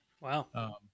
Wow